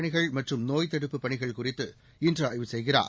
பணிகள் மற்றும் நோய்த் தடுப்புப் பணிகள் குறித்து இன்று ஆய்வு செய்கிறார்